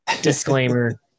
Disclaimer